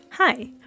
Hi